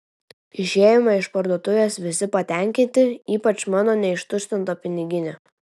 išėjome iš parduotuvės visi patenkinti ypač mano neištuštinta piniginė